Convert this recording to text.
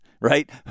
right